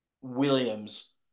Williams